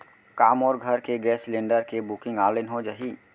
का मोर घर के गैस सिलेंडर के बुकिंग ऑनलाइन हो जाही?